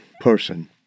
person